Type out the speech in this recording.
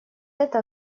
эта